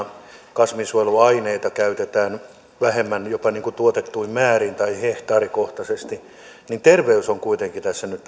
kasvinsuojeluaineita käytetään vähemmän jopa tuotettuihin määriin tai hehtaarikohtaisesti niin terveys on kuitenkin tässä nyt